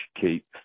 keep